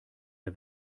der